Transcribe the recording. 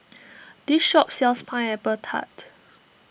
this shop sells Pineapple Tart